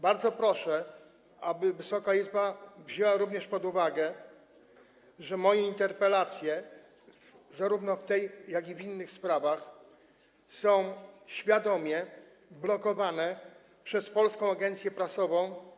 Bardzo proszę, aby Wysoka Izba wzięła również pod uwagę, że moje interpelacje zarówno w tej sprawie, jak i w innych sprawach są świadomie blokowane przez Polską Agencję Prasową.